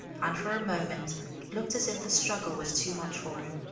and for a moment looked as if the struggle was too much for him.